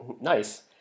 Nice